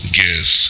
guess